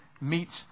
meets